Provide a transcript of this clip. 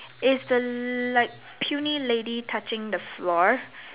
is the like puny lady touching the floor